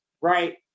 right